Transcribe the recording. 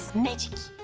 magic!